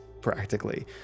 practically